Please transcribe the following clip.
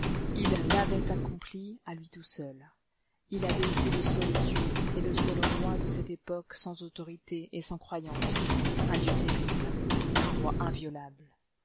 il l'avait accompli à lui tout seul il avait été le seul dieu et le seul roi de cette époque sans autorité et sans croyance un dieu terrible un roi inviolable